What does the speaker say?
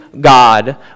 God